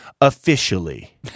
officially